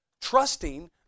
trusting